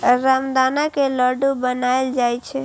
रामदाना के लड्डू बनाएल जाइ छै